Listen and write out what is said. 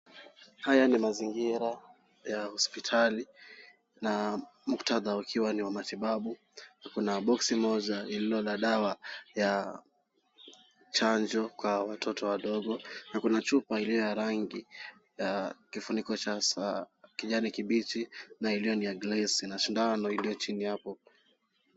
Haya ni mazingira ya hospitali na muktadha ukiwa ni wa matibabu. Kuna boksi moja iliyo na dawa ya chanjo kwa watoto wadogo, na kuna chupa iliyo na rangi ya kifuniko cha kijani kibichi, na iliyo na glasi na sindano iliyo chini hapo.